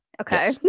Okay